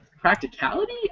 practicality